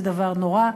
זה דבר נורא,